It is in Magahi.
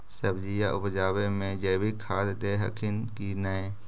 सब्जिया उपजाबे मे जैवीक खाद दे हखिन की नैय?